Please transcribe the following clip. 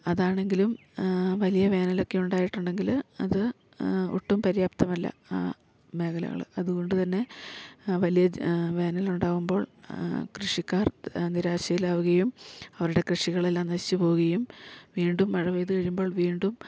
അതാണെങ്കിലും വലിയ വേനലൊക്കെ ഉണ്ടായിട്ടുണ്ടെങ്കിൽ അത് ഒട്ടും പര്യാപ്തമല്ല ആ മേഖലകൾ അതു കൊണ്ട് തന്നെ വലിയ വേനലുണ്ടാകുമ്പോൾ കൃഷിക്കാർ നിരാശയിലാകുകയും അവരുടെ കൃഷികളെല്ലാം നശിച്ച് പോകുകയും വീണ്ടും മഴ പെയ്തു കഴിയുമ്പോൾ വീണ്ടും